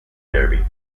derby